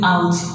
Out